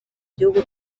gihugu